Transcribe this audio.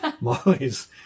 Molly's